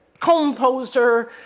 composer